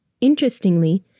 Interestingly